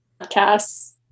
podcasts